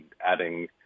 adding